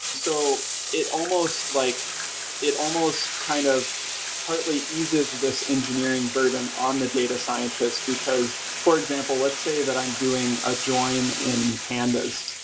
so it almost like it almost kind of partly eases this engineering burden on the data scientist, because, for example, let's say that i'm doing a join in pandas,